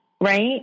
right